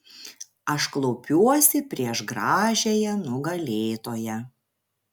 aš klaupiuosi prieš gražiąją nugalėtoją